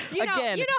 Again